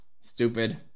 Stupid